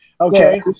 Okay